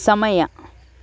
ಸಮಯ